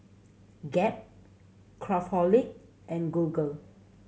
Gap Craftholic and Google